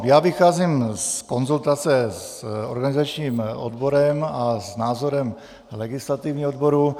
Já vycházím z konzultace s organizačním odborem a s názorem legislativního odboru.